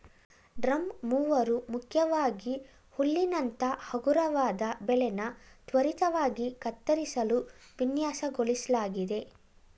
drum mower ಮುಖ್ಯವಾಗಿ ಹುಲ್ಲಿನಂತ ಹಗುರವಾದ ಬೆಳೆನ ತ್ವರಿತವಾಗಿ ಕತ್ತರಿಸಲು ವಿನ್ಯಾಸಗೊಳಿಸ್ಲಾಗಿದೆ